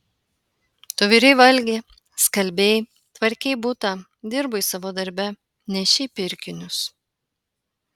tu virei valgi skalbei tvarkei butą dirbai savo darbe nešei pirkinius